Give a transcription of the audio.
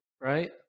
right